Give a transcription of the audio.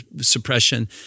suppression